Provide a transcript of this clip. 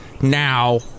now